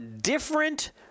different